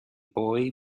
boy